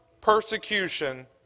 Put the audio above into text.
persecution